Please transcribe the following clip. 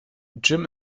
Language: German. jim